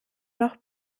noch